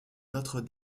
notre